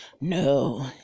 No